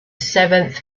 seventh